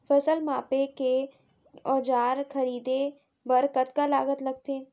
फसल मापके के औज़ार खरीदे बर कतका लागत लगथे?